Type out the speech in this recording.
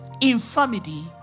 Infirmity